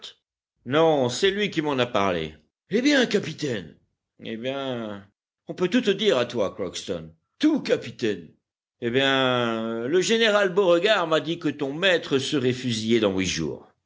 non c'est lui qui m'en a parlé eh bien capitaine eh bien on peut tout te dire à toi rockston out capitaine eh bien le général beauregard m'a dit que ton maître serait fusillé dans huit jours